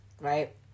right